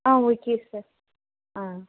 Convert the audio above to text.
ஆ okay sir ஆ